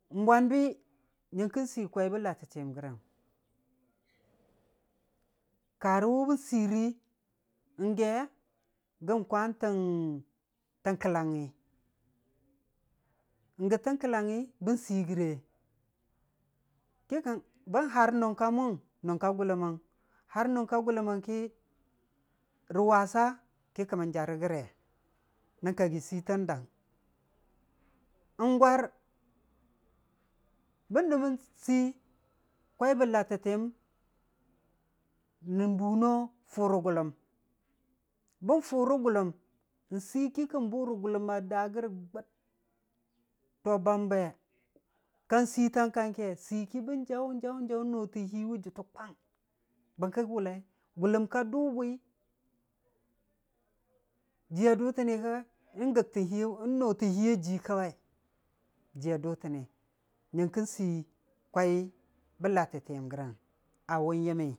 Bwanbi, nyəngkən sii kwaibə latətiyəm gərəng, kara wʊ bən siiri n'ge gən kwan tən kəllangugi, gə tən kəllangugi bən sii gəre, ki kən, bən haar nʊng ka mʊng, nʊng ka gʊlləməng, haar nʊng ka gʊlləməng ki rə wasa ki kəmən jarə gəre, nən kagi siitang dang. Wgwar, bən dəmən sii kwai bə latətiyəm, nən bu no fʊ rə gʊlləm, bən fʊ rə gʊlləm, n'Sii ki kən bʊ rə gʊlləm a daa rə gə gʊd, to bambe, kang Siitang kangke sii ki bən jav jav jav notən hiiwʊ jʊttə kwang, bərkə wʊllai, gʊlləm ka dʊ bwi, jiiya dʊtəni ha n'gəktən, n'notən hiiya jii Kawai jiiya dʊtəni, nyəngkən sii kwaibə latətiyəm gərəng awanye men.